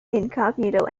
incognito